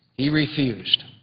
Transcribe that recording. he refused.